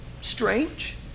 strange